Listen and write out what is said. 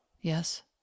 Yes